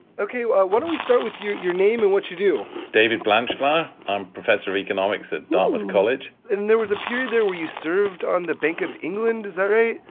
ok. why why don't we start with your your name and what you do? david blanchflower. i'm professor of economics at dartmouth college and there was a period there where you served on the bank of england? is that right?